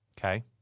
Okay